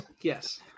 yes